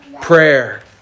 Prayer